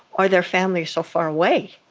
or their family's so far away.